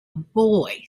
boy